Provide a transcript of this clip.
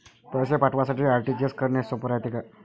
पैसे पाठवासाठी आर.टी.जी.एस करन हेच सोप रायते का?